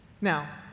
Now